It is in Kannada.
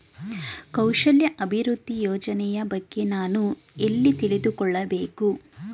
ಕೌಶಲ್ಯ ಅಭಿವೃದ್ಧಿ ಯೋಜನೆಯ ಬಗ್ಗೆ ನಾನು ಎಲ್ಲಿ ತಿಳಿದುಕೊಳ್ಳಬೇಕು?